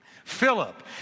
Philip